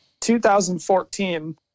2014